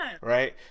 right